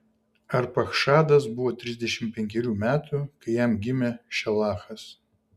arpachšadas buvo trisdešimt penkerių metų kai jam gimė šelachas